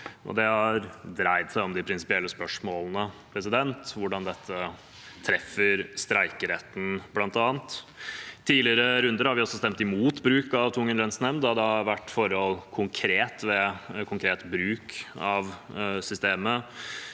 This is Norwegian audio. Det har dreid seg om de prinsipielle spørsmålene, bl.a. om hvordan dette treffer streikeretten. I tidligere runder har vi også stemt imot bruk av tvungen lønnsnemnd når det har vært forhold ved konkret bruk av systemet